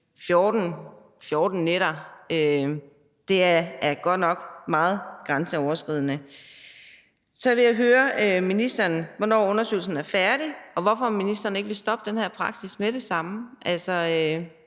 beretter – det er godt nok meget grænseoverskridende? Så vil jeg høre ministeren, hvornår undersøgelsen er færdig, og hvorfor ministeren ikke vil stoppe den her praksis med det samme.